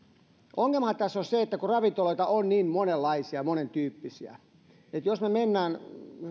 ongelmahan tässä on se että ravintoloita on niin monenlaisia ja monentyyppisiä jos me menemme